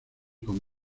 con